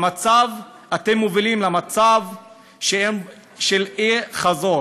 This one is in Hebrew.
אתם מובילים למצב של אין-חזור,